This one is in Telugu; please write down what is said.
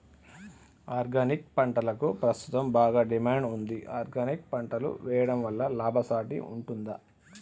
ఆర్గానిక్ పంటలకు ప్రస్తుతం బాగా డిమాండ్ ఉంది ఆర్గానిక్ పంటలు వేయడం వల్ల లాభసాటి ఉంటుందా?